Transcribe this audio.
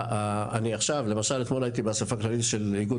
ועכשיו למשל אתמול הייתי באסיפה כללית של איגוד